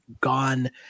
gone